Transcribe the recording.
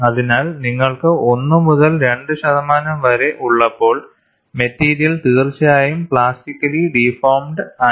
അതിനാൽ നിങ്ങൾക്ക് 1 മുതൽ 2 ശതമാനം വരെ ഉള്ളപ്പോൾ മെറ്റീരിയൽ തീർച്ചയായും പ്ലാസ്റ്റിക്കലി ഡിഫോർമിഡ് ആയി